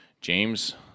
James